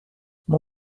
mon